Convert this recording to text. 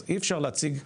אז אי אפשר להציג,